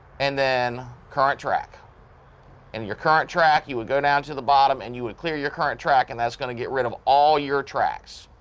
and then current track and your current track you would go down to the bottom and you would clear your current track and that's gonna get rid of all your tracks.